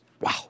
Wow